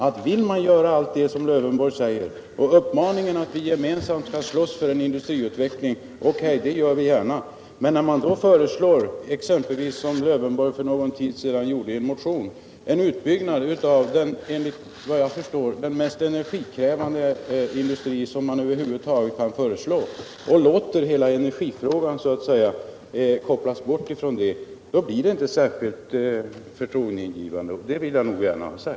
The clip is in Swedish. Alf Lövenborg uppmanar oss att gemensamt slåss för en industriutveckling. Okej, det gör vi gärna — men när man som Alf Lövenborg gjorde i en motion för en tid sedan föreslår en utbyggnad av, enligt vad jag förstår, den mest energikrävande industri man kan tänka sig och låter hela energifrågan kopplas bort från det förslaget, då blir det inte särskilt förtroendeingivande. Det vill jag gärna ha sagt.